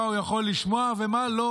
מה הוא יכול לשמוע ומה לא,